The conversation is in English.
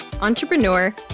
entrepreneur